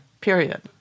period